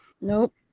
Nope